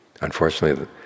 Unfortunately